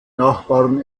nachbarn